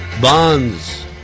bonds